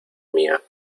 mía